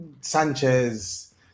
Sanchez